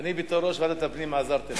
ואני בתור ראש ועדת הפנים עזרתי.